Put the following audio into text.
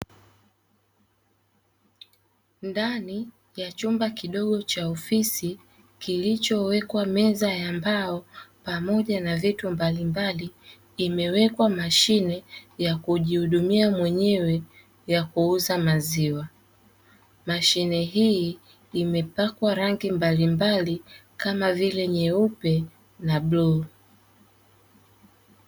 Ndani ya chumba kidogo cha ofisi kilichowekwa meza ya mbao pamoja na vitu mbalimbali, imewekwa mashine ya kujihudumia yenyewe ya kuuza maziwa. Mashine hii imepakwa rangi mbalimbali, kama vile nyeupe na bluu.